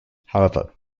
however